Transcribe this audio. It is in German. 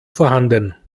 vorhanden